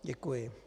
Děkuji.